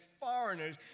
foreigners